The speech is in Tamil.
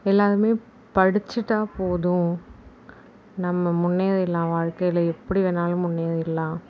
எல்லாருமே படிச்சுட்டால் போதும் நம்ம முன்னேறிடுலாம் வாழ்க்கையில் எப்படி வேணாலும் முன்னேறிடுலாம்